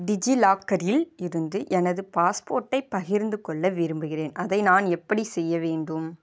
டிஜிலாக்கரில் இருந்து எனது பாஸ்போர்ட்டை பகிர்ந்துக்கொள்ள விரும்புகிறேன் அதை நான் எப்படி செய்ய வேண்டும்